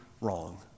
wrong